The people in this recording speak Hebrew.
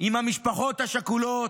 עם המשפחות השכולות,